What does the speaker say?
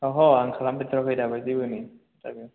अहो आं खालामफेरथ्राखै दाबो जेबोनो जागोन